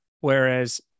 whereas